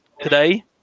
today